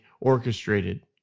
orchestrated